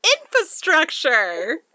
infrastructure